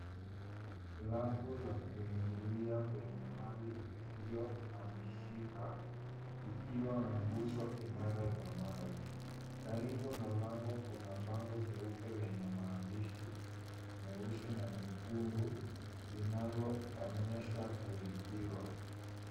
Lango la kuingilia kwenye mali isiyohamishika ikiwa na nguzo imara za mawe. Karibu na lango kuna bango jeupe lenye maandishi meusi na mekundu linaloonyesha kurithiwa.